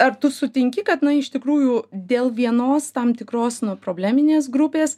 ar tu sutinki kad na iš tikrųjų dėl vienos tam tikros nu probleminės grupės